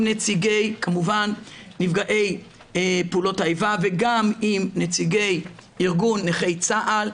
נציגי נפגעי פעולות האיבה וגם עם נציגי ארגון נכי צה"ל,